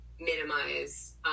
minimize